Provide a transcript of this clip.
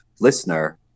listener